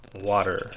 water